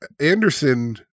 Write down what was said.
Anderson